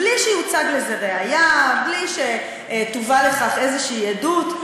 בלי שתוצג לזה ראיה, בלי שתובא לכך איזו עדות.